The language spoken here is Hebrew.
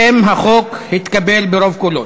שם החוק התקבל ברוב קולות,